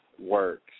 works